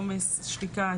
עומס שחיקה,